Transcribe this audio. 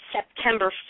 September